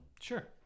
Sure